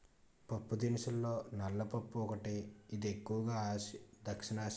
పప్పుదినుసుల్లో నల్ల పప్పు ఒకటి, ఇది ఎక్కువు గా దక్షిణఆసియా ప్రజలు తింటారు